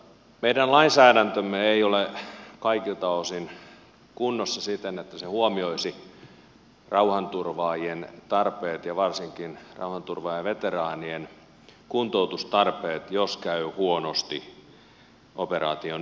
meidän lainsäädäntömme ei ole kaikilta osin kunnossa siten että se huomioisi rauhanturvaajien tarpeet ja varsinkin rauhanturvaajaveteraanien kuntoutustarpeet jos käy huonosti operaation yhteydessä